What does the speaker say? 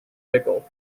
pickle